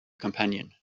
companion